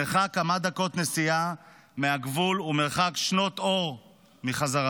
מרחק כמה דקות נסיעה מהגבול ומרחק שנות אור מחזרתך.